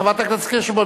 חברת הכנסת קירשנבאום,